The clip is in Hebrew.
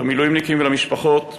למילואימניקים ולמשפחות,